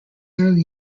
early